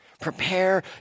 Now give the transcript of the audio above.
Prepare